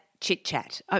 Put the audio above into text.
chit-chat